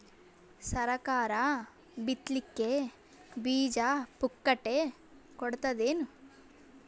ಸರಕಾರ ಬಿತ್ ಲಿಕ್ಕೆ ಬೀಜ ಪುಕ್ಕಟೆ ಕೊಡತದೇನು?